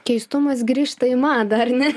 keistumas grįžta į madą ar ne